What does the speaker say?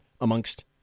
amongst